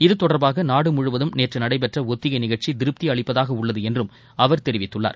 இது தொடர்பாக நாடு முழுவதும் நேற்று நடைபெற்ற ஒத்திகை நிஷற்ச்சி திருப்தி அளிப்பதாக உள்ளது என்றும் அவர் தெரிவித்துள்ளார்